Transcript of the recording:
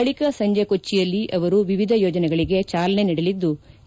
ಬಳಿಕ ಸಂಜೆ ಕೊಚ್ಚೆಯಲ್ಲಿ ಅವರು ವಿವಿಧ ಯೋಜನೆಗಳಿಗೆ ಚಾಲನೆ ನೀಡಲಿದ್ಗು